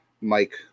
Mike